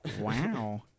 Wow